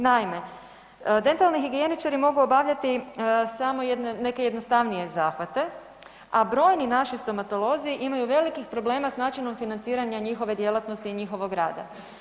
Naime, dentalni higijeničari mogu obavljati samo neke jednostavnije zahvate, a brojni naši stomatolozi imaju velikih problema s načinom financiranja njihove djelatnosti i njihovog rada.